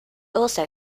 also